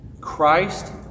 Christ